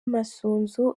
masunzu